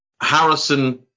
Harrison